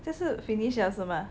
这是 finish 了是吗